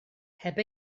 heb